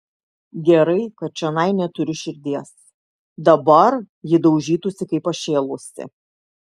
gerai kad čionai neturiu širdies dabar ji daužytųsi kaip pašėlusi